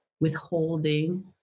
withholding